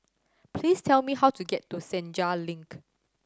please tell me how to get to Senja Link